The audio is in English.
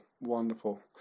Wonderful